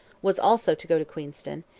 was also to go to queenston,